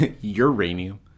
Uranium